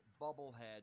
bubblehead